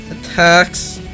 attacks